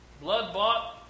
blood-bought